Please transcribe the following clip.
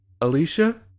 Alicia